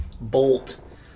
bolt